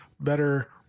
better